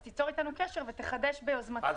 אז תיצור איתנו קשר ותחדש ביוזמתך.